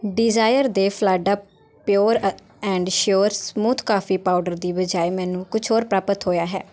desire ਦੇ ਫਲਾਡਾ pure uh and sure smooth coffee powder ਦੀ ਬਜਾਏ ਮੈਨੂੰ ਕੁਛ ਹੋਰ ਪ੍ਰਾਪਤ ਹੋਇਆ ਹੈ